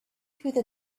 through